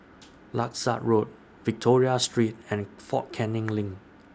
Langsat Road Victoria Street and Fort Canning LINK